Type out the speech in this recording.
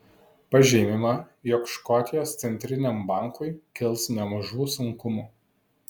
pažymima jog škotijos centriniam bankui kils nemažų sunkumų